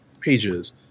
pages